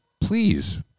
please